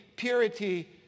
Purity